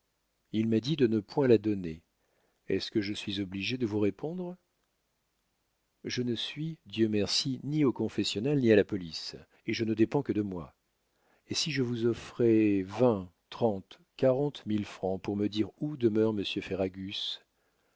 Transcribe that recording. il m'a dit de ne point la donner est-ce que je suis obligée de vous répondre je ne suis dieu merci ni au confessionnal ni à la police et je ne dépends que de moi et si je vous offrais vingt trente quarante mille francs pour me dire où demeure monsieur ferragus